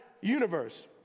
universe